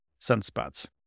sunspots